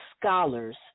scholars